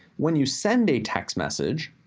when you send a text message,